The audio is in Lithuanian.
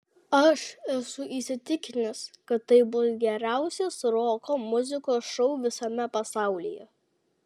aš esu įsitikinęs kad tai bus geriausias roko muzikos šou visame pasaulyje